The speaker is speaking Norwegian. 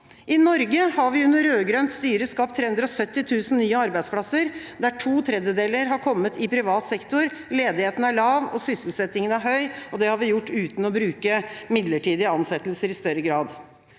I Norge har vi under rød-grønt styre skapt 370 000 nye arbeidsplasser, der to tredjedeler har kommet i privat sektor. Ledigheten er lav, og sysselsettingen er høy, og det har vi gjort uten å bruke midlertidige ansettelser i større grad.